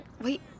Wait